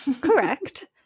correct